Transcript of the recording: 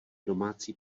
domácí